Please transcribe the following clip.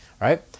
right